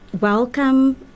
welcome